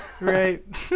Right